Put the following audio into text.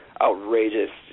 outrageous